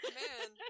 man